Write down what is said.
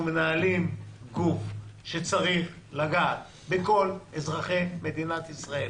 אנחנו מנהלים גוף שצריך לגעת בכל אזרחי מדינת ישראל